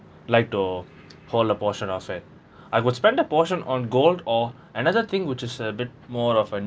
like to hold a portion of it I would spend a portion on gold or another thing which is a bit more of a